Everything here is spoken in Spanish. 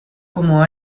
como